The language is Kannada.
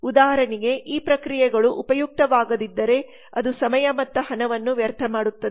ಉದಾಹರಣೆಗೆ ಈ ಪ್ರಕ್ರಿಯೆಗಳು ಉಪಯುಕ್ತವಾಗದಿದ್ದರೆ ಅದು ಸಮಯ ಮತ್ತು ಹಣವನ್ನು ವ್ಯರ್ಥ ಮಾಡುತ್ತದೆ